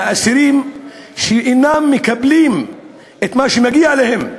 מהאסירים, שאינם מקבלים את מה שמגיע להם.